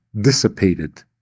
dissipated